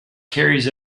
carries